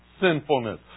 sinfulness